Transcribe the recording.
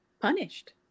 punished